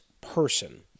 person